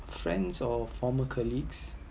friends or former colleague